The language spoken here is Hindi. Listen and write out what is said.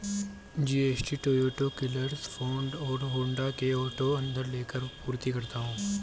जी.एस.टी टोयोटा, क्रिसलर, फोर्ड और होंडा के ऑटोमोटिव लेदर की आपूर्ति करता है